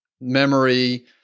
memory